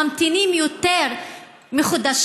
וממתינים יותר מחודשיים,